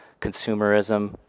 consumerism